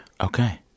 okay